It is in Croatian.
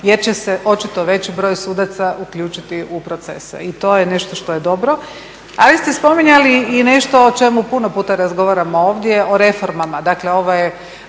jer će se očito veći broj sudaca uključiti u procese i to je nešto što je dobro. Ali ste spominjali i nešto o čemu puno puta razgovaramo ovdje, o reformama,